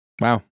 wow